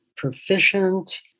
proficient